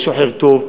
יש "שוחר טוב",